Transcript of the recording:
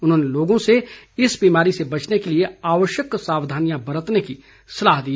उन्होंने लोगों से इस बीमारी से बचने के लिए आवश्यक सावधानियां बरतने की सलाह दी